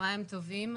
צהריים טובים.